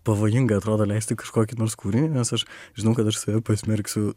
pavojingai atrodo leisti kažkokį nors kūrinį nes aš žinau kad aš save pasmerksiu